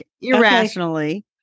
irrationally